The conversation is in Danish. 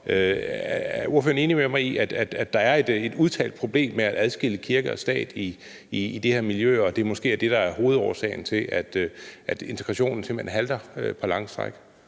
var deres nummer et i København, er der et udtalt problem med at adskille kirke og stat i det her miljø, og at det måske er det, der er hovedårsagen til, at integrationen på lange stræk